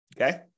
Okay